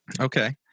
Okay